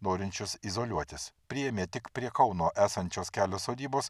norinčius izoliuotis priėmė tik prie kauno esančios kelios sodybos